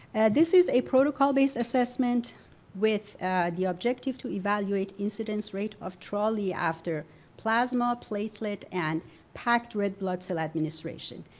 this is a protocol-based assessment with the objective to evaluate incidence rate of trali after plasma platelet and packed red blood cell administration.